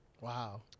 Wow